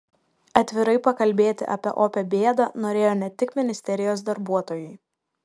atvirai pakalbėti apie opią bėdą norėjo ne tik ministerijos darbuotojai